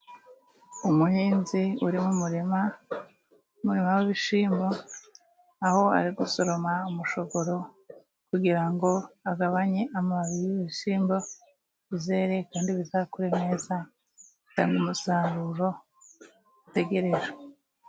Umuhinzi uri mu murima umurima w'ibishyimbo, aho ari gusoroma umushogoro kugira ngo agabanye amababi y' i bishyimbo bizere, kandi bizakure neza bitanga umusaruro utegerejwe.